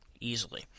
easily